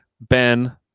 Ben